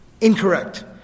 Incorrect